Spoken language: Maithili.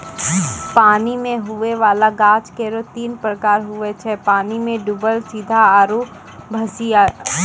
पानी मे हुवै वाला गाछ केरो तीन प्रकार हुवै छै पानी मे डुबल सीधा आरु भसिआइत